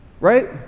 right